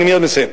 אני מייד מסיים.